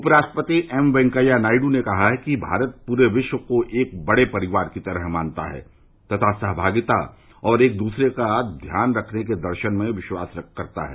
उप राष्ट्रपति एम वैंकैया नायड् ने कहा है कि भारत पूरे विश्व को एक बड़े परिवार की तरह मानता है तथा सहमागिता और एक दूसरे का ध्यान रखने के दर्शन में विश्वास करता है